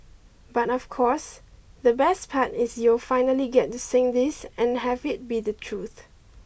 but of course the best part is you'll finally get to sing this and have it be the truth